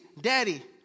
daddy